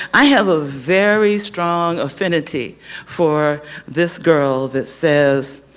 i have a very strong affinity for this girl that says,